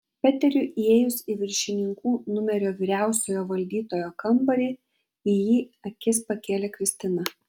peteriui įėjus į viršininkų numerio vyriausiojo valdytojo kambarį į jį akis pakėlė kristina